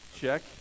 Check